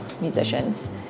Musicians